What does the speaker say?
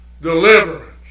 Deliverance